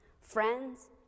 Friends